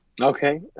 Okay